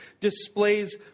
displays